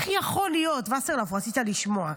וסרלאוף, רצית לשמוע.